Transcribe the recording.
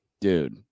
Dude